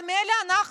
אבל מילא אנחנו,